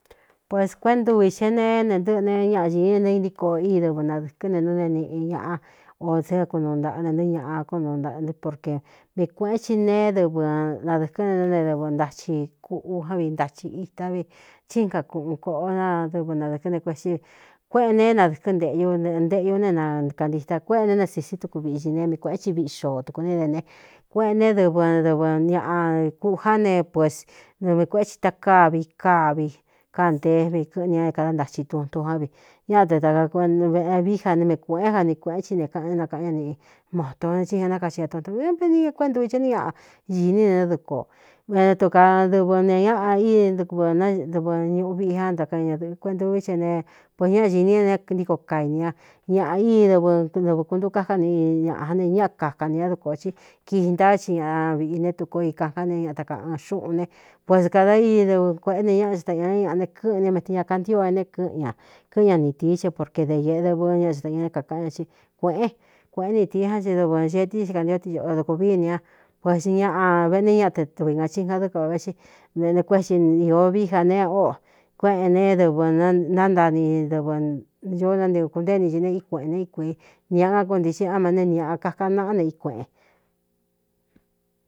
Pues kuéꞌén ntuvi xe neé ne ntɨ́ꞌɨ ne ñaꞌa ñīni é ne intíkoo í dɨvɨ nadɨ̄kɨ́n ne nú neé niꞌi ñaꞌa o dékunu ntaꞌa ne ntɨɨ́ ñaꞌa kúnu ntaꞌanɨ porke mii kuēꞌén thi neé dɨvɨ nadɨ̄kɨ́ ne nánee dɨvɨ ntachi kuꞌu ján vi ntachi itá vi tsí nka kuꞌun kōꞌo adɨvɨ nadɨ̄kɨ́n ne kuetsí kuéꞌēn neé nadɨ̄kɨ́n nteꞌ ñu enteꞌñu ne nakantita kuéꞌe ne ne sīsí tuku viꞌi ñi ne mii kuēꞌén ti viꞌi xoō tuku né dene kuéꞌēn né dɨvɨdɨvɨ ñaꞌa kujá ne pues nɨ mi kuēꞌé tsi takávi kávi kán nteé mi kɨ̄ꞌɨn ña é kādá ntachi tuntun ján vi ñáꞌa te a avꞌ vií ja ne mi kuēꞌén jani kueꞌén thi ne kaꞌané nakaꞌán ña niꞌi moto ne tsí ña nákaxi ña tuntu vi ā veni e kuéꞌe ntu vi chɨé nɨ ñaꞌa īní ne néádɨkō vena tu kadɨvɨ ne ñaꞌa dvɨ ñuꞌu viꞌi án ntakaa ñadɨ̄ꞌɨ kueꞌntuvi che ne puēs ñáꞌa ñīni é ne ntíko kainī ña ñaꞌa í dɨvɨ dɨvɨ kuntu káká niꞌi ñaꞌa ne ñaꞌa kakan ne ña dokōꞌo cí kii ntá chi ñaꞌ viꞌī ne tukoo i kakán ne ña taka ɨɨn xúꞌūn ne pues kāda ii dɨvɨ kueꞌé ne ñáꞌa ata ñañé ñaꞌa ne kɨ́ꞌɨn nié mete ña kantío éné kɨ́ꞌɨn ña kɨ́ꞌɨn ña ni tīí chɨ é porke de īēꞌe dɨvɨn ñaꞌa ata ña né kākaꞌán ña cí kuēꞌén kuēꞌén ni tīi ján chi dɨvɨ xe eti sikāntioti oꞌo dukuvii ne ña pues ñaꞌa veꞌni ñaꞌaevi gācinga dɨ́kɨ va veꞌxí vꞌne kuétsi īó vií ja nee óꞌo kuéꞌēn ne dɨvɨ nántani dɨvɨ ño nántiu kunténi i ne í kueꞌen ne í kuii ñaꞌa á koo ntixin á ma neé ni ñaꞌa kaka naꞌá ne i kuēꞌen.